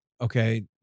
Okay